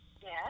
Yes